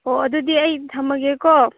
ꯑꯣ ꯑꯗꯨꯗꯤ ꯑꯩ ꯊꯝꯃꯒꯦꯀꯣ